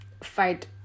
fight